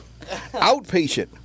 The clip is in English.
Outpatient